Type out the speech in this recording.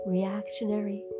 reactionary